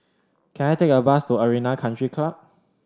can I take a bus to Arena Country Club